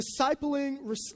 discipling